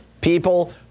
people